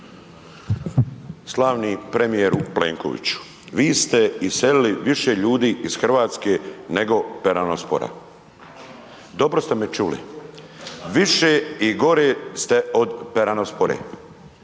Slavni premijeru Plenkoviću, vi ste iselili više ljudi iz Hrvatske nego peranospora. Dobro ste me čuli, više i gore ste od peranospore.